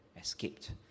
escaped